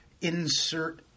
insert